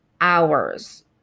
hours